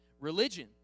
religion